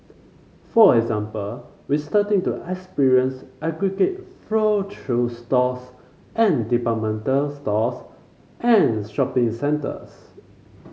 for example we starting to experience aggregate flow through stores and departmental stores and shopping centres